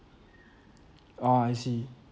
oh I see